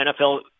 NFL